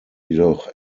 jedoch